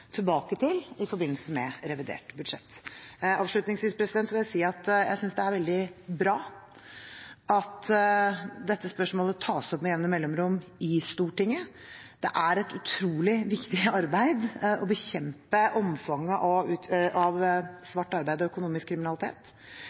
tilbake til i forbindelse med revidert nasjonalbudsjett. Avslutningsvis vil jeg si at jeg synes det er veldig bra at dette spørsmålet tas opp med jevne mellomrom i Stortinget. Å bekjempe omfanget av svart arbeid og økonomisk kriminalitet